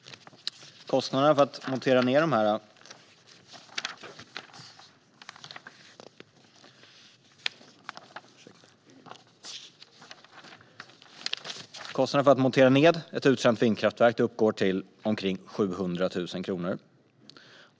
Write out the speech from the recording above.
Kostnaderna för att montera ned ett uttjänt vindkraftverk uppgår till omkring 700 000 kronor.